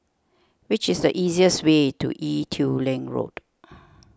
what is the easiest way to Ee Teow Leng Road